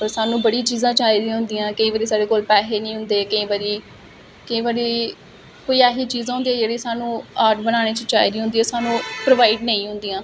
स्हानू बड़ी चीजां चाहि दी होदियां केईं बारी साढ़े कोल पैसे बी नेईं होंदे केंई बारी केंई बारी कोई ऐसी चीजां होदियां जेहडी स्हानू आर्ट बनाने च चाहिदियां होदियां स्हानू ओह् प्रोवाइड नेई होंदियां